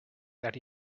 that